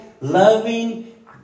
loving